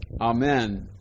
Amen